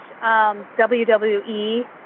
WWE